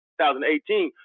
2018